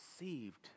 received